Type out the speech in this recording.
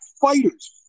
fighters